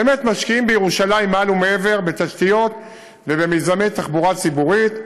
באמת משקיעים בירושלים מעל ומעבר בתשתיות ובמיזמי תחבורה ציבורית.